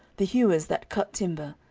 the hewers that cut timber,